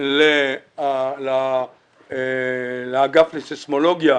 המיועד לאגף לססמולוגיה,